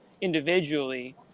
individually